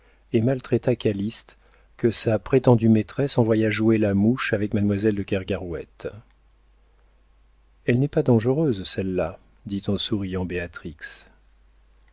et maltraita calyste que sa prétendue maîtresse envoya jouer la mouche avec mademoiselle de kergarouët elle n'est pas dangereuse celle-là dit en souriant